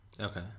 okay